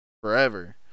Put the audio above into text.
forever